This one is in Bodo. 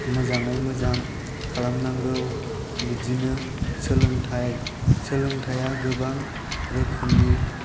मोजाङै मोजां खालामनांगौ बिदिनो सोलोंथाइ सोलोंथाइआ गोबां रोखोमनि